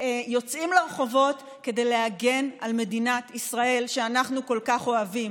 יוצאים לרחובות כדי להגן על מדינת ישראל שאנחנו כל כך אוהבים,